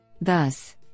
Thus